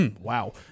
Wow